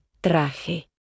traje